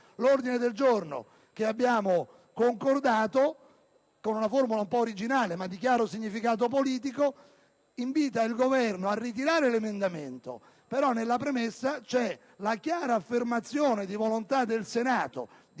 l'ordine del giorno G3.100 che abbiamo concordato, con una formula originale, ma di chiaro significato politico, invita il Governo a ritirare l'emendamento 3.100 (testo 2), ma nella premessa c'è la chiara affermazione di volontà del Senato -